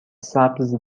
سبز